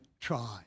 try